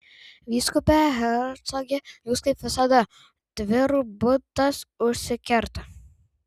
vyskupe hercoge jūs kaip visada tvirbutas užsikerta